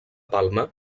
palma